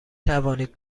توانید